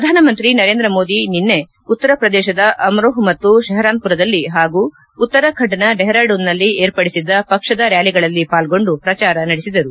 ಪ್ರಧಾನಮಂತ್ರಿ ನರೇಂದ್ರ ಮೋದಿ ನಿನ್ನೆ ಉತ್ತರ ಪ್ರದೇಶದ ಅಮೋಹ ಮತ್ತು ಷೆಪರಾನ್ಮರದಲ್ಲಿ ಹಾಗೂ ಉತ್ತರಾಖಂಡ್ನ ಡೆಹರಾಡೋನ್ನಲ್ಲಿ ಏರ್ಪಡಿಸಿದ್ದ ಪಕ್ಷದ ರ್ನಾಲಿಗಳಲ್ಲಿ ಪಾಲ್ಲೊಂಡು ಪ್ರಚಾರ ನಡೆಸಿದರು